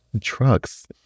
trucks